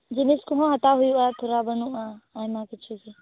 ᱡᱤᱱᱤᱥ ᱠᱚᱦᱚᱸ ᱦᱟᱛᱟᱣ ᱦᱩᱭᱩᱜ ᱟ ᱛᱷᱚᱲᱟ ᱵᱟᱱᱩᱜᱼᱟ ᱟᱭᱢᱟ ᱠᱤᱪᱷᱩ ᱜᱮ